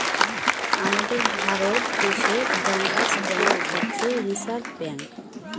আমাদের ভারত দেশে bankers bank হচ্ছে রিসার্ভ ব্যাঙ্ক